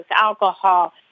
alcohol